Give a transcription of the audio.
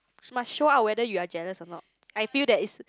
must show out whether you are jealous or not I feel that is